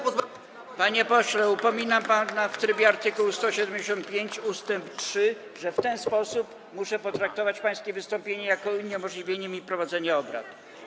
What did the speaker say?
Panie pośle, upominam pana w trybie art. 175 ust. 3 - że w ten sposób muszę potraktować pańskie wystąpienie jako uniemożliwienie mi prowadzenia obrad.